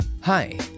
Hi